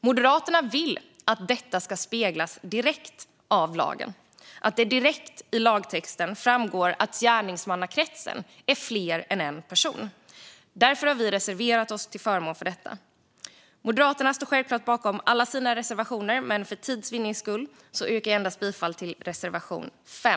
Moderaterna vill att detta ska speglas direkt av lagen och att det direkt i lagtexten framgår att gärningsmannakretsen är mer än en person. Därför har vi reserverat oss till förmån för detta. Moderaterna står självklart bakom alla sina reservationer, men för tids vinnande yrkar jag bifall endast till reservation 5.